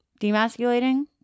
demasculating